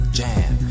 jam